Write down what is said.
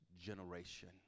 generation